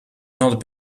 not